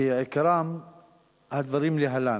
שעיקרם הדברים להלן: